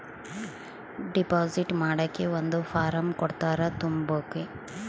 deposit ಮಾಡಕ್ಕೆ ಒಂದ್ form ಕೊಡ್ತಾರ ತುಂಬಕ್ಕೆ